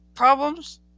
Problems